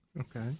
Okay